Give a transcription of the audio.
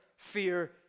Fear